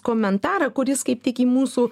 komentarą kuris kaip tik į mūsų